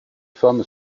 femme